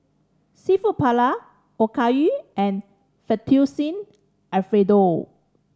Seafood Paella Okayu and Fettuccine Alfredo